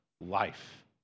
life